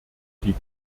die